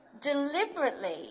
deliberately